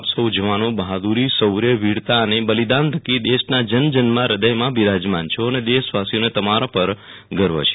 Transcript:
આપ સૌ જવાનોબહાદુરી શૌર્ય વીરતા અને બલિદાન થકી દેશના જનજનમાંહૃદયમાં બિરાજમાન છો અને દેશવાસીઓને તમારા પર ગર્વ છે